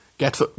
Get